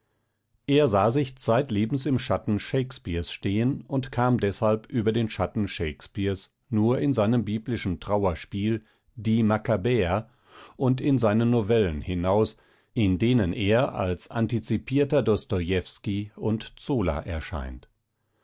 er sah sich zeitlebens im schatten shakespeares stehen und kam deshalb nur in seinem biblischen trauerspiel die makkabäer und in seinen novellen über ihn hinaus in denen er als antizipierter dostojewski und zola erscheint